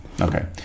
Okay